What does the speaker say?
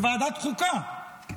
בוועדת חוקה,